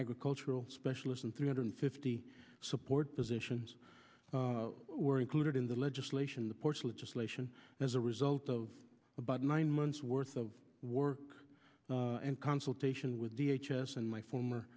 agricultural specialists and three hundred fifty support positions were included in the legislation the ports legislation as a result of about nine months worth of work and consultation with the h s and my former